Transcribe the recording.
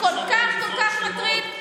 כל כך כל כך מטריד?